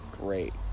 Great